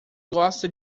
gosta